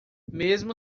mesmo